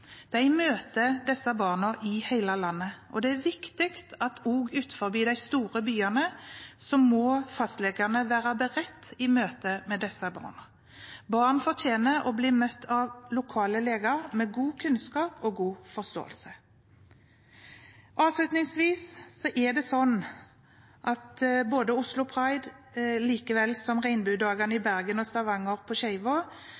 disse barna i hele landet, og det er viktig at fastlegene også utenfor de store byene er beredt i møte med disse barna. Barn fortjener å bli møtt av lokale leger med god kunnskap og god forståelse. Avslutningsvis: Både Oslo Pride, Regnbuedagene i Bergen og Stavanger på skeivå er